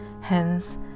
Hence